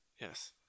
Yes